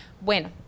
Bueno